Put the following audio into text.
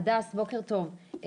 הדס בוקר טוב.